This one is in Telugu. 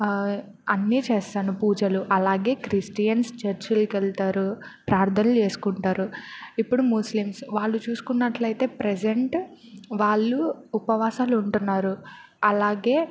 అన్నీ చేస్తాను పూజలు అలాగే క్రిస్టియన్స్ చర్చలకి వెళ్తారు ప్రార్థలు చేసుకుంటారు ఇప్పుడు ముస్లిమ్స్ వాళ్ళు చూసుకున్నట్టు అయితే ప్రెసెంట్ వాళ్ళు ఉపవాసాలు ఉంటున్నారు అలాగే